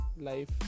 life